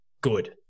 Good